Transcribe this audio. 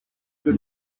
good